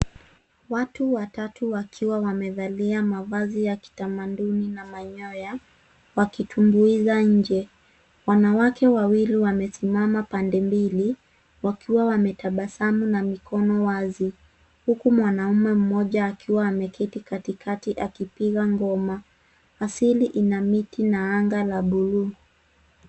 Watu watatu wakiwa wamevalia mavazi ya kiutamaduni na manyoya, wakitumbuiza inje. Wanawake wawili wamesimama pande mbili wakiwa wametabasamu na mikono wazi. Huku mwanaume mmoja akiwa ameketi katikati akipiga ngoma. Asili ina miti na anga la buluu.